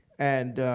and